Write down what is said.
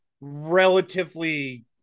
relatively